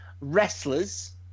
wrestlers